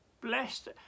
Blessed